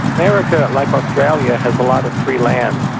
america, like australia, has a lot of free land,